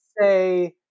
say